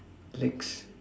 legs